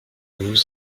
vous